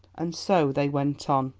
and so they went on,